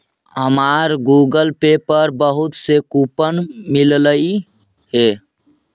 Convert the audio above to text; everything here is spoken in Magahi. हमारा गूगल पे पर बहुत से कूपन मिललई हे